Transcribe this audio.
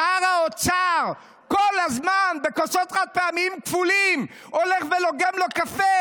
שר האוצר כל הזמן הולך ולוגם לו קפה